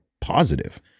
positive